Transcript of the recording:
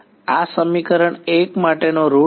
આ સમીકરણ 1 માટેનો રૂટ હતો